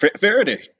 Faraday